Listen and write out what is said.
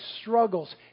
struggles